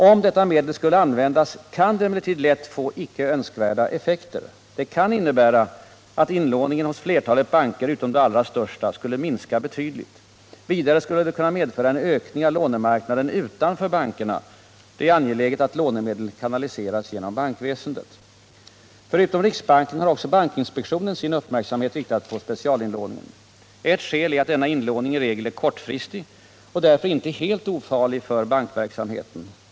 Om detta medel skulle användas, kan det emellertid lätt få icke önskvärda effekter. Det kan in . nebära att inlåningen hos flertalet banker utom de allra största skulle minska betydligt. Vidare skulle det kunna medföra en ökning av lånemarknaden utanför bankerna. Det är angeläget att lånemedel kanaliseras genom bankväsendet. Förutom riksbanken har också bankinspektionen sin uppmärksamhet riktad på specialinlåningen. Ett skäl är att denna inlåning i regel är kortfristig och därför inte helt ofarlig för bankverksamheten.